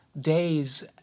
days